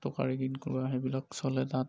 টোকাৰী গীত গোৱা সেইবিলাক চলে তাত